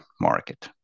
market